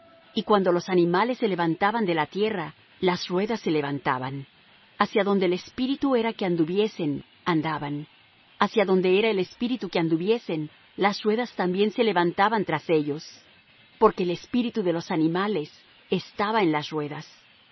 y cuando los animales se levantaban de la tierra las ruedas se levantaban hacia donde el espíritu era que anduviesen andaban hacia donde era el espíritu que anduviesen las ruedas también se levantaban tras ellos porque el espíritu de los animales estaba en las ruedas